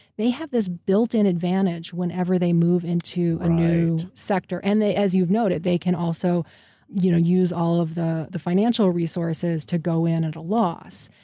they have this built-in advantage whenever they move into a new sector. and they, as you've noted, they can also you know use all of the the financial resources to go in at a loss.